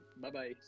Bye-bye